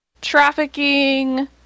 trafficking